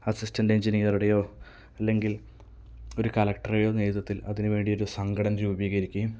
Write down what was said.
assistant എൻജിനിയറിയുടെയോ അല്ലെങ്കിൽ ഒരു കലക്ടറയോ നേതൃത്ത്വത്തിൽ അതിനുവേണ്ടി ഒരു സംഘടന രൂപീകരിക്കുകയും